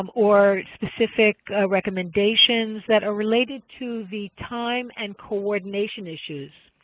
um or specific recommendations that are related to the time and coordination issues,